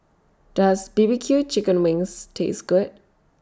Does B B Q Chicken Wings Taste Good